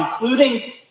including